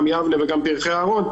גם "יבנה" וגם "פרי אהרון",